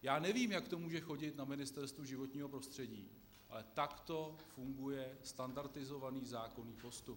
Já nevím, jak to může chodit na Ministerstvu životního prostředí, ale takto funguje standardizovaný zákonný postup.